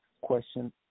question